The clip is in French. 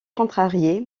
contrarié